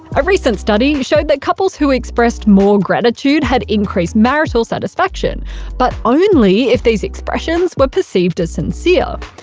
a recent study showed that couples who expressed more gratitude had increased marital satisfaction but only if these expressions were perceived as sincere.